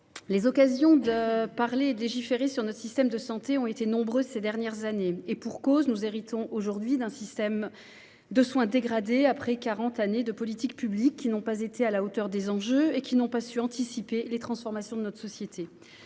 occasions de débattre et de légiférer sur notre système de santé ces dernières années. Et pour cause, nous héritons aujourd'hui d'un système de soins dégradé après quarante années de politiques publiques, qui n'ont pas été à la hauteur des enjeux et qui n'ont pas permis d'anticiper les transformations de notre société.